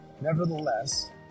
Nevertheless